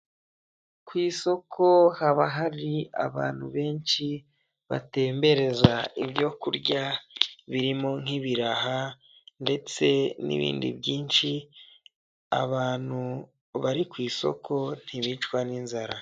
Ku isoko haba hari abantu benshi batembereza ibyo kurya birimo nk'ibiraha ndetse n'ibindi byinshi abantu bari ku isoko ntibicwa n'inzara.